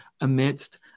amidst